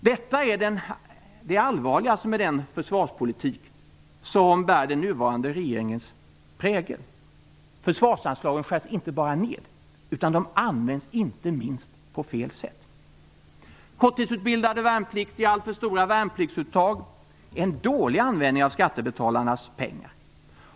Detta är det allvarligaste med den försvarspolitik som bär den nuvarande regeringens prägel. Försvarsanslagen skärs inte bara ned, utan de används inte minst på fel sätt. Korttidsutbildade värnpliktiga och alltför stora värnpliktsuttag är en dålig användning av skattebetalarnas pengar.